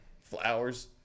flowers